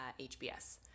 HBS